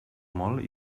molt